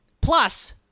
plus